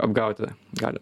apgauti gali